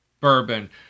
bourbon